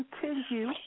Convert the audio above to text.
continue